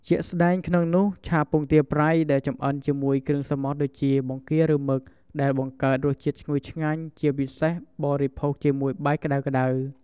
ជាក់ស្ដែងក្នុងនោះ ឆាពងទាប្រៃ ដែលចម្អិនជាមួយគ្រឿងសមុទ្រដូចជា បង្គា ឬមឹក ដែលបង្កើតរសជាតិឈ្ងុយឆ្ងាញ់ ជាពិសេស បរិភោគជាមួយបាយក្ដៅៗ។